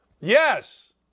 yes